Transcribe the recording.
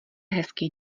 hezký